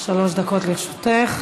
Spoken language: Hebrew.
שלוש דקות לרשותך.